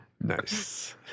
Nice